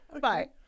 Bye